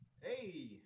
Hey